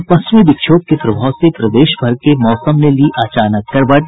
और पश्चिमी विक्षोभ के प्रभाव से प्रदेशभर के मौसम ने ली अचानक करवट